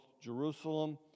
Jerusalem